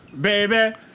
Baby